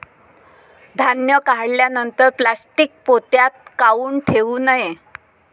धान्य काढल्यानंतर प्लॅस्टीक पोत्यात काऊन ठेवू नये?